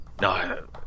no